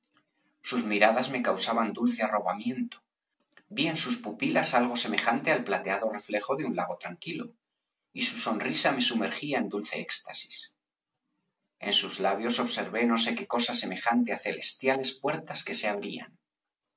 sus miradas me causaban dulce arrobamiento vi en sus pupilas algo semejante al plateado reflejo de un lago tranquilo y su sonrisa me sumergía en dulce éxtasis en sus labios observé no sé qué cosa semejante á celestiales puertas que se abrían